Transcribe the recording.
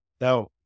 Now